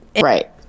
Right